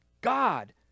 God